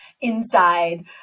inside